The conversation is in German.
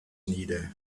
nieder